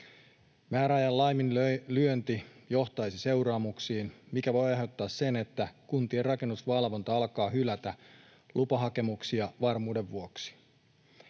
Määräajan laiminlyönti johtaisi seuraamuksiin, mikä voi aiheuttaa sen, että kuntien rakennusvalvonta alkaa hylätä lupahakemuksia varmuuden vuoksi.